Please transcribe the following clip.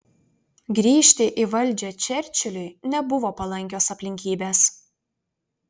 grįžti į valdžią čerčiliui nebuvo palankios aplinkybės